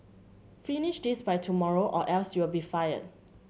finish this by tomorrow or else you'll be fired